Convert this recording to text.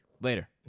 Later